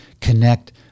connect